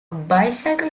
bicycle